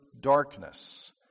darkness